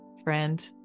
friend